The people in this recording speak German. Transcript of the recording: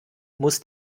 muss